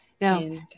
no